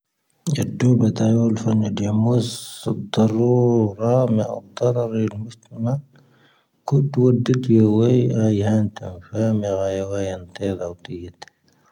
ⵢⴰⴷⴷⵓⴱⴰⵜⴰ ⵢⴰⵡⵍ ⴼⴰⵏⵢⴰⴷⵢⴰⵎⵓⵣ ⵙⵓⴱ ⵜⴰⵔⵓ ⵔⴰⵎⴻ ⴰⵇⵜⴰⵔⴰⵔⵉ ⵍⵎⵓⵣⵜⴻⵎⴰ. ⵇⵓⴷⵡⴰⴷⴷⵉ ⵜⵉⵢⴰⵡⴰⵢ ⴰⵢⵢⵀⴰⴰⵏ ⵜⴰⵏⴼⴰⵎⵢⴰ ⴰⵢⵢⵀⴰⴰⵏ ⵜⵉⵢⵢⴰⴰⵏ ⵜⵉⵢⵢⴰⴰⵏ ⵜⵉⵢⵢⴰⴰⵏ.